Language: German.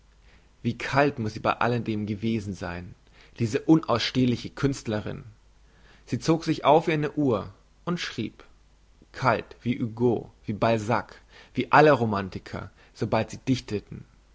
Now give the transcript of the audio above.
wie kalt muss sie bei alledem gewesen sein diese unausstehliche künstlerin sie zog sich auf wie eine uhr und schrieb kalt wie hugo wie balzac wie alle romantiker sobald sie